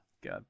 Good